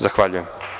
Zahvaljujem.